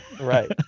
right